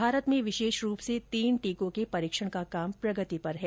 भारत में विशेष रूप से तीन टीकों के परीक्षण का काम प्रगति पर है